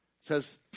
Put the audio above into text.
says